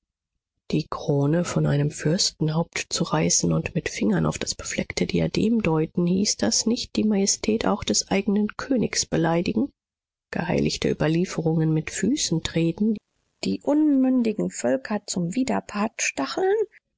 die krone von einem fürstenhaupt zu reißen und mit fingern auf das befleckte diadem deuten hieß das nicht die majestät auch des eignen königs beleidigen geheiligte überlieferungen mit füßen treten die unmündigen völker zum